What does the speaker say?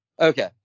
Okay